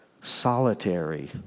solitary